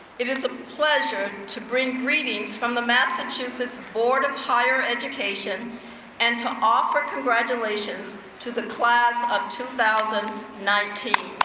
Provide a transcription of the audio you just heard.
it is a pleasure to bring greetings from the massachusetts board of higher education and to offer congratulations to the class of two thousand and nineteen,